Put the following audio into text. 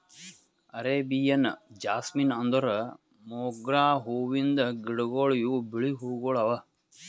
Arabian jasmine ಅಂದುರ್ ಮೊಗ್ರಾ ಹೂವಿಂದ್ ಗಿಡಗೊಳ್ ಇವು ಬಿಳಿ ಹೂವುಗೊಳ್ ಅವಾ